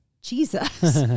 Jesus